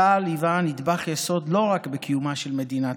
צה"ל היה נדבך יסוד לא רק בקיומה של מדינת